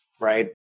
right